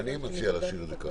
אני מציע להשאיר את זה ככה.